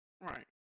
Right